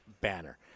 banner